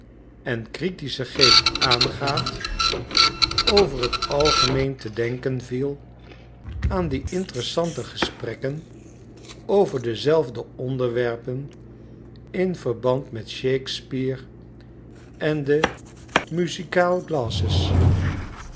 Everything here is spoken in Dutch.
en critischen geest aangaat over t algemeen te denken viel aan die interessante gesprekken over dezelfde onderwerpen in verband met shakespeare en de musicaal